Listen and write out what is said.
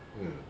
mm